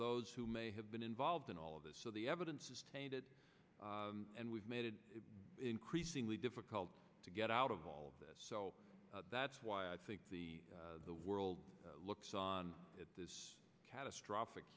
those who may have been involved in all of this so the evidence is tainted and we've made it increasingly difficult to get out of all this that's why i think the the world looks on at this catastrophic